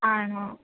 ആണോ